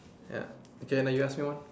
ya okay now you ask me one